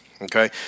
Okay